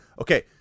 Okay